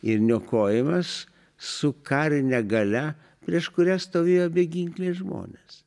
ir niokojimas su karine galia prieš kurią stovėjo beginkliai žmonės